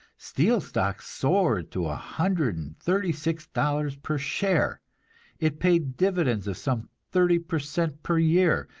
steel stock soared to a hundred and thirty-six dollars per share it paid dividends of some thirty per cent per year,